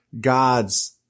God's